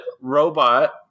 Robot